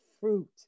fruit